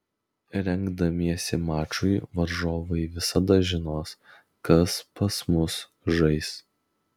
rengdamiesi mačui varžovai visada žinos kas pas mus žais